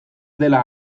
dela